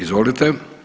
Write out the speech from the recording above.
Izvolite.